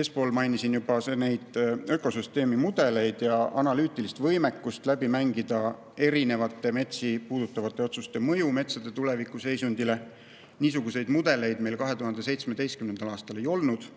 Eespool mainisin juba ökosüsteemimudeleid ja analüütilist võimekust läbi mängida erinevate metsi puudutavate otsuste mõju metsade tulevikuseisundile. Niisuguseid mudeleid meil 2017. aastal ei olnud